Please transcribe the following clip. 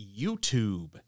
youtube